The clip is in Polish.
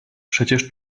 przecież